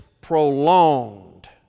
prolonged